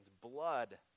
blood